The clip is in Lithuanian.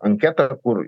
anketą kur